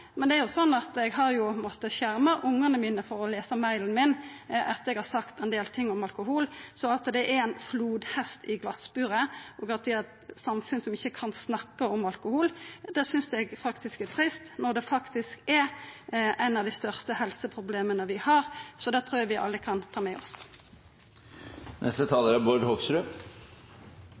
men eg har valt å ikkje gjera det, men eg har jo måtta skjerma ungane mine frå å lesa e-posten min etter at eg har sagt ein del ting om alkohol. Så at det er ein flodhest i glasburet, og at vi har eit samfunn der vi ikkje kan snakka om alkohol, synest eg er trist, når det faktisk er eitt av dei største helseproblema vi har. Det trur eg vi alle kan ta med oss. Til det siste som foregående taler sa: Jeg er